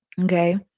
Okay